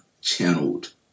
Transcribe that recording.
channeled